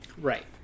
Right